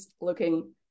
looking